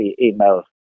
email